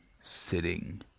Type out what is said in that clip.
sitting